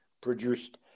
produced